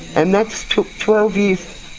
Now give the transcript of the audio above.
and that took twelve years.